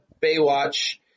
Baywatch